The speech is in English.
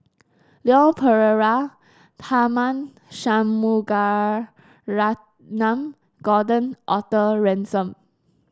Leon Perera Tharman Shanmugaratnam Gordon Arthur Ransome